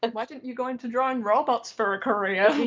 and like and you going into drawing robots for a career. yeah